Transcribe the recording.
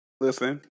listen